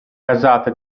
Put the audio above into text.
casata